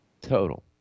total